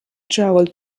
traveled